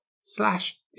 slash